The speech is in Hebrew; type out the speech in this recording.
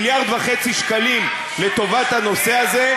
1.5 מיליארד לטובת הנושא הזה,